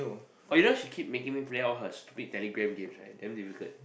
or you just keep making me play all her Telegram games right very difficult